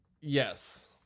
Yes